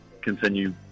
continue